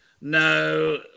no